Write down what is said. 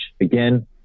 again